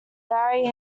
barry